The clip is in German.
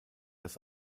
das